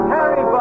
Harry